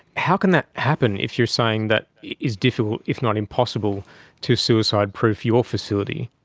how can that happen if you're saying that it is difficult if not impossible to suicide-proof your facility?